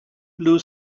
blue